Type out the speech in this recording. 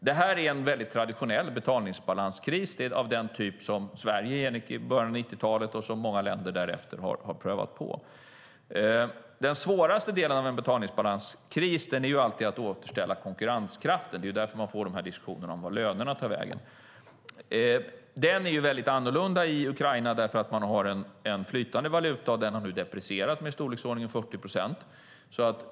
Detta är en traditionell betalningsbalanskris av den typ som Sverige genomgick i början av 90-talet och som många länder därefter har prövat på. Den svåraste delen av en betalningsbalanskris är alltid att återställa konkurrenskraften. Det är därför man får diskussionerna om vart lönerna tar vägen. Den är annorlunda i Ukraina eftersom de har en flytande valuta. Den har nu deprecierat med i storleksordningen 40 procent.